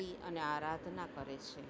થી અને આરાધના કરે છે